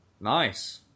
Nice